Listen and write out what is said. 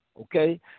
okay